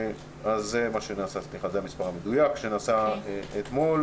זה המספר המדויק של הבדיקות שנעשו אתמול,